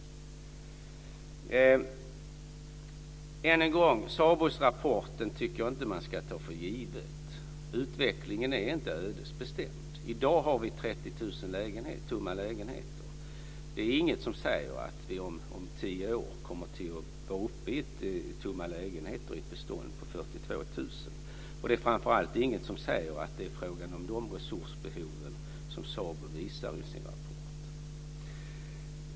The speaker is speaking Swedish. Än en gång: Jag tycker inte att man ska ta SA BO:s rapport för given. Utvecklingen är inte ödesbestämd. I dag finns det 30 000 tomma lägenheter. Det är inget som säger att man om tio år kommer att ha tomma lägenheter i ett bestånd på 42 000 lägenheter. Det är framför allt inget som säger att det kommer att bli fråga om de resursbehov som SABO visar på i sin rapport.